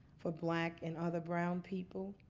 for black and other brown people.